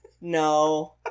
no